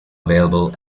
available